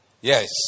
Yes